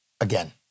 again